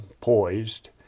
poised